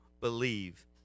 believe